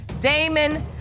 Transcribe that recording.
Damon